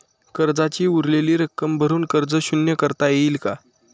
कर्जाची उरलेली रक्कम भरून कर्ज शून्य करता येईल का?